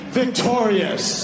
victorious